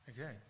Okay